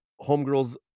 homegirl's